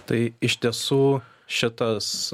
tai iš tiesų šitas